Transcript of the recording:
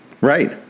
Right